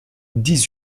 dix